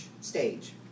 stage